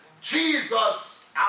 Jesus